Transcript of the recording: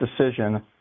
decision